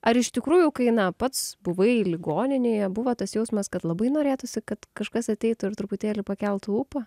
ar iš tikrųjų kai na pats buvai ligoninėje buvo tas jausmas kad labai norėtųsi kad kažkas ateitų ir truputėlį pakeltų ūpą